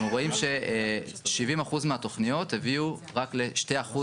אנחנו רואים ש-70% מהתוכניות הביאו רק ל-2%